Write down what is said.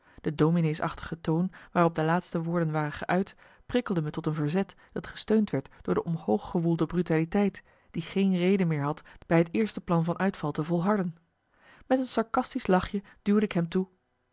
de domineesachtige toon waarop de laatste woorden waren geuit prikkelde me tot een verzet dat gesteund werd door de omhoog gewoelde brutaliteit die geen reden meer had bij het eerste plan van uitval te volharden met een sarcastisch lachje duwde ik hem toe